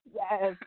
yes